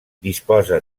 disposa